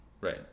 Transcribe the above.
Right